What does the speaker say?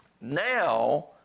Now